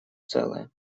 целое